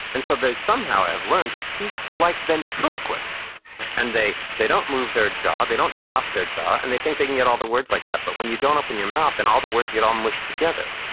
and so they somehow have learned to speak like ventriloquists and they they don't move their jaw. they don't drop their jaw, and they think they can get all the words like that, but when you don't open your mouth, mouth, then and all the words get all mushed together.